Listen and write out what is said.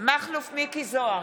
מכלוף מיקי זוהר,